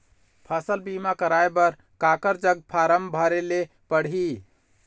फसल बीमा कराए बर काकर जग फारम भरेले पड़ही?